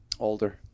older